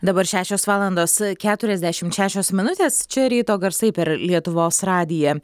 dabar šešios valandos keturiasdešimt šešios minutės čia ryto garsai per lietuvos radiją